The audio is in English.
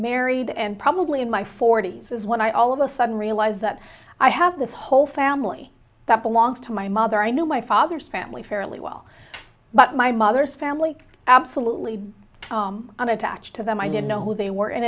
married and probably in my forty's is when i all of a sudden realize that i have this whole family that belongs to my mother i knew my father's family fairly well but my mother's family absolutely unattached to them i didn't know who they were